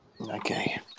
okay